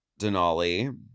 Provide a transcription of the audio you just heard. Denali